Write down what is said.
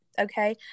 okay